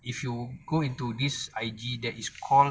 if you go into this I_G that it's call